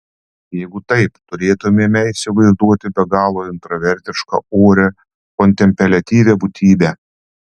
jeigu taip turėtumėme įsivaizduoti be galo intravertišką orią kontempliatyvią būtybę